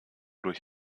durch